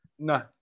No